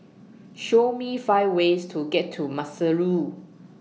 Show Me five ways to get to Maseru